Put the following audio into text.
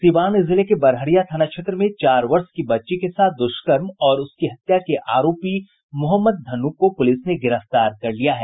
सीवान जिले के बड़हरिया थाना क्षेत्र में चार वर्ष की बच्ची के साथ दुष्कर्म और उसकी हत्या के आरोपी मोहम्मद धन्नू को पुलिस ने गिरफ्तार कर लिया है